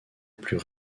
plus